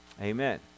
Amen